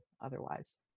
Otherwise